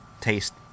taste